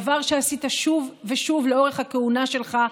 דבר שעשית שוב ושוב לאורך הכהונה שלך: